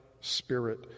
spirit